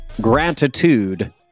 gratitude